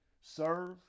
Serve